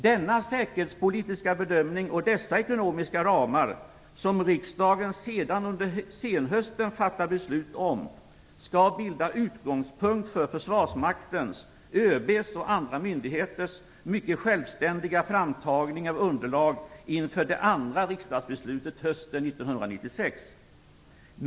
Denna säkerhetspolitiska bedömning och de ekonomiska ramar som riksdagen sedan under senhösten fattar beslut om skall bilda utgångspunkt för försvarsmaktens, ÖB:s och andra myndigheters mycket självständiga framtagande av underlag inför det andra riksdagsbeslutet hösten 1996.